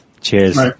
Cheers